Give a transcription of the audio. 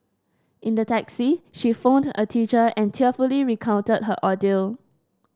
in the taxi she phoned a teacher and tearfully recounted her ordeal